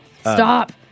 Stop